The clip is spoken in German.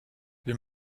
wir